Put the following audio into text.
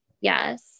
yes